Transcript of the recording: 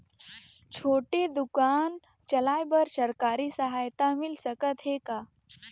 छोटे दुकान चलाय बर सरकारी सहायता मिल सकत हे का?